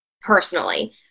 personally